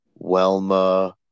Welma